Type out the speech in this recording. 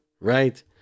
Right